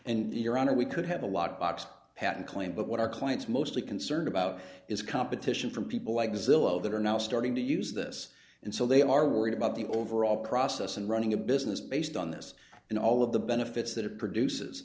and your honor we could have a lock box patent claim but what our clients mostly concerned about is competition from people like zillow that are now starting to use this and so they are worried about the overall process and running a business based on this and all of the benefits that it produces